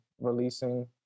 releasing